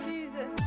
Jesus